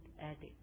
addict